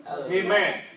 Amen